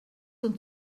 und